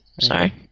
Sorry